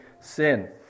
sin